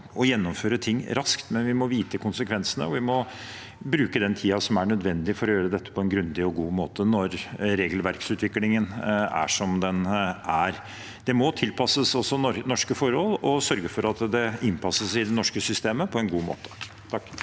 gjennomføre ting raskt, men vi må vite konsekvensene, og vi må bruke den tiden som er nødvendig for å gjøre dette på en grundig og god måte, når regelverksutviklingen er som den er. Det må tilpasses norske forhold, og vi må sørge for at det innpasses i det norske systemet på en god måte.